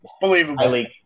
believable